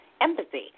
empathy